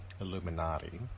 Illuminati